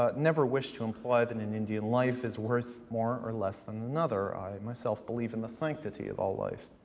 ah never wish to imply that an indian life is worth more or less than another. i myself believe in the sanctity of all life.